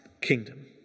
kingdom